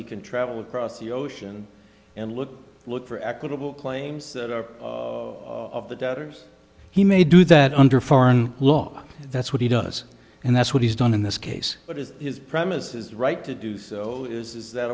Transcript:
e can travel across the ocean and look look for equitable claims that are of the debtors he may do that under foreign law that's what he does and that's what he's done in this case but is his premises right to do so is that